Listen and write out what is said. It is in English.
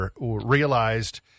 realized